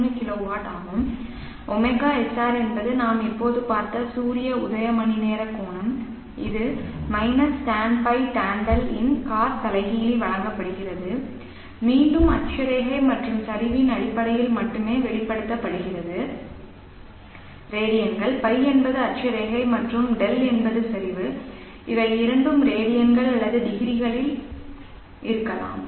3 kilowatt ஆகும் ωsr என்பது நாம் இப்போது பார்த்த சூரிய உதய மணிநேர கோணம் இது Tanϕ Tan δ இன் Cos தலைகீழ் வழங்கப்படுகிறது மீண்டும் அட்சரேகை மற்றும் சரிவின் அடிப்படையில் மட்டுமே வெளிப்படுத்தப்படுகிறது ரேடியன்கள் ϕ என்பது அட்சரேகை மற்றும் δ என்பது சரிவு இவை இரண்டும் ரேடியன்கள் அல்லது டிகிரிகளில் இருக்கலாம்